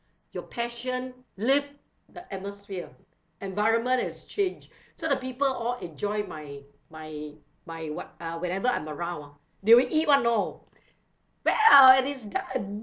your passion lift the atmosphere environment is change so the people all enjoy my my my what uh wherever I'm a~ around ah they will eat [one] you know well and it's done